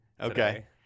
Okay